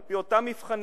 על-פי אותם מבחנים,